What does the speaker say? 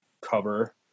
cover